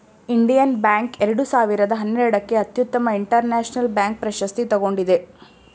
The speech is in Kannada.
ಇಂಡಿಯನ್ ಬ್ಯಾಂಕ್ ಎರಡು ಸಾವಿರದ ಹನ್ನೆರಡಕ್ಕೆ ಅತ್ಯುತ್ತಮ ಇಂಟರ್ನ್ಯಾಷನಲ್ ಬ್ಯಾಂಕ್ ಪ್ರಶಸ್ತಿ ತಗೊಂಡಿದೆ